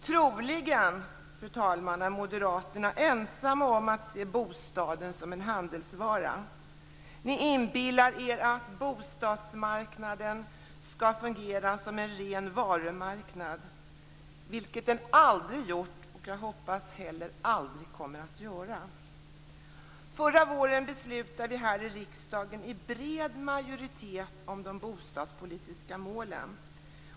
Fru talman! Troligen är moderaterna ensamma om att se bostaden som en handelsvara. Ni inbillar er att bostadsmarknaden skall fungera som en ren varumarknad, vilken den aldrig har varit och jag hoppas aldrig kommer att bli. Förra våren beslutade riksdagen i bred majoritet om de bostadspolitiska målen.